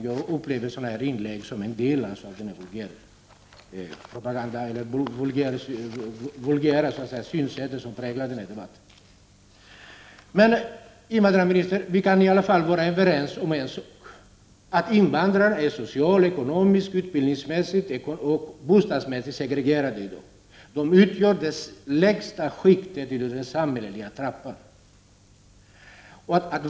Jag upplever sådana inlägg som en del av den vulgärpropaganda och det vulgära synsätt som präglar denna debatt. Men, invandrarministern, vi kan åtminstone vara överens om en sak, nämligen att invandrare är socialt, ekonomiskt, utbildningsmässigt och bostadsmässigt segregerade i dag. De utgör det lägsta skiktet i den samhälleliga trappan.